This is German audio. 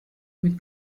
mit